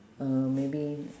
uh maybe